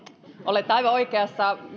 olette aivan oikeassa